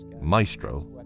maestro